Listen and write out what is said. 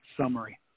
summary